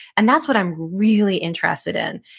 and that's what i'm really interested in.